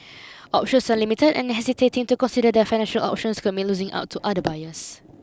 options are limited and hesitating to consider their financial options could mean losing out to other buyers